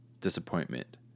disappointment